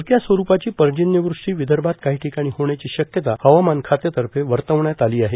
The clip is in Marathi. हलक्या स्वरूपाची पर्जन्यवृष्टी विदर्भात काही ठिकाणी होण्याची शक्यता हवामान खात्यातर्फे वर्तवण्यात आली आहे